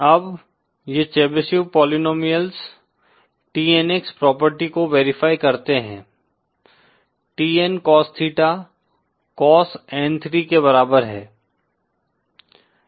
अब ये Chebyshev polynomials TNX property को वेरीफाई करते हैं TN Cos theta cos N3 के बराबर है